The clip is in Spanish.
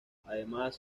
además